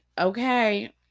Okay